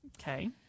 Okay